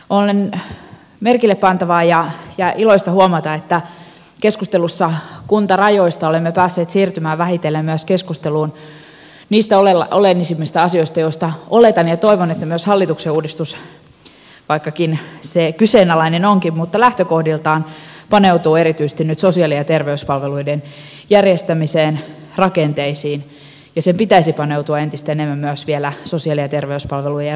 on merkillepantavaa ja iloista huomata että keskustelussa kuntarajoista olemme päässeet siirtymään vähitellen myös keskusteluun niistä oleellisimmista asioista joista oletan ja toivon että myös hallituksen uudistus vaikka se kyseenalainen onkin lähtökohdiltaan paneutuu erityisesti nyt sosiaali ja terveyspalveluiden järjestämiseen rakenteisiin ja sen pitäisi paneutua entistä enemmän myös vielä sosiaali ja terveyspalvelujen rahoitukseen